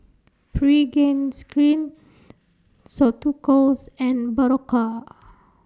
Pregain Skin Ceuticals and Berocca